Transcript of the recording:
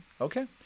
Okay